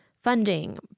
funding